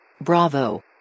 Bravo